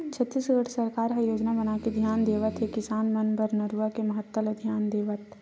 छत्तीसगढ़ सरकार ह योजना बनाके धियान देवत हे किसान मन बर नरूवा के महत्ता ल धियान देवत